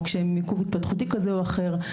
או כשהם עם עיכוב התפתחותי כזה או אחר.